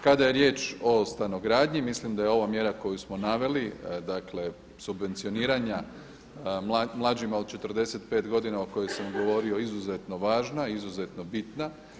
Kada je riječ o stanogradnji mislim da je ova mjera koju smo naveli, dakle subvencioniranja mlađima od 45 godina o kojima sam govorio, izuzetno važna i izuzetno bitna.